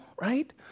right